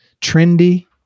trendy